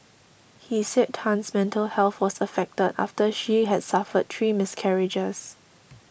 he said Tan's mental health was affected after she had suffered three miscarriages